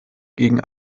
gegen